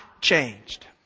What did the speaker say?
Changed